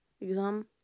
exam